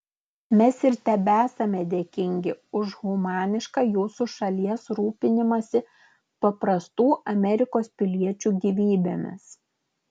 mes ir tebesame dėkingi už humanišką jūsų šalies rūpinimąsi paprastų amerikos piliečių gyvybėmis